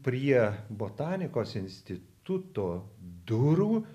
prie botanikos instituto durų